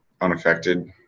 unaffected